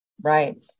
Right